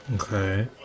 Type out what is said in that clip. Okay